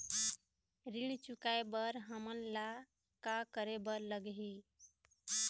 ऋण चुकाए बर हमन ला का करे बर लगही?